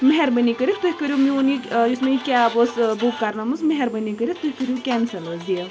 مہَربٲنی کٔرِتھ تُہۍ کٔرِو میٛون یہِ یُس مےٚ یہِ کیب ٲس بُک کرنٲوۍمٕژ مہربٲنی کٔرِتھ تُہۍ کٔرِو کینسٕل حظ یہِ